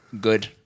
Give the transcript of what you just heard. good